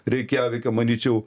reikjavike manyčiau